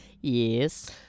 Yes